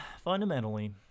fundamentally